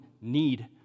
need